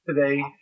Today